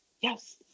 Yes